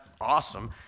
awesome